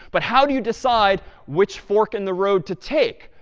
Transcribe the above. but how do you decide which fork in the road to take?